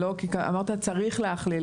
אמרת שצריך להכליל.